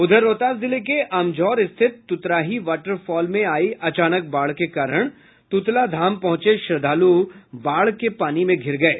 उधर रोहतास जिले के अमझौर स्थित तुतराही वाटर फॉल में आयी अचानक बाढ़ के कारण तृतला धाम पहुंचे श्रद्धालु बाढ़ के पानी में घिर गये